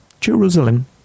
Jerusalem